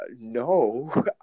no